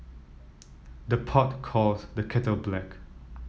the pot calls the kettle black